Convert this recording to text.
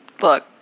look